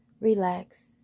relax